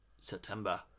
September